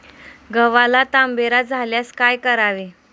गव्हाला तांबेरा झाल्यास काय करावे?